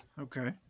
Okay